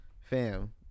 fam